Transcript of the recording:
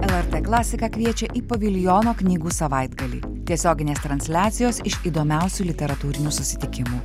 lrt klasika kviečia į paviljono knygų savaitgalį tiesioginės transliacijos iš įdomiausių literatūrinių susitikimų